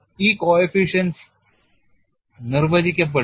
ഈ coefficients നിർവചിക്കപ്പെടുന്നു